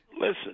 Listen